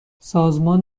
سازمان